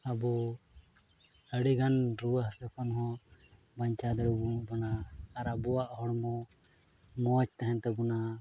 ᱟᱵᱚ ᱟᱹᱰᱤᱜᱟᱱ ᱨᱩᱣᱟᱹᱼᱦᱟᱹᱥᱩ ᱠᱷᱚᱱ ᱦᱚᱸ ᱵᱟᱧᱪᱟᱣ ᱫᱟᱲᱮ ᱟᱵᱚᱱᱟ ᱟᱨ ᱟᱵᱚᱣᱟᱜ ᱦᱚᱲᱢᱚ ᱢᱚᱡᱽ ᱛᱟᱦᱮᱱ ᱛᱟᱵᱚᱱᱟ